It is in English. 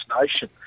nation